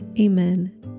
Amen